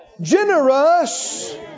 generous